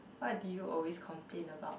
what do you always complain about